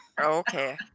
Okay